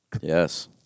Yes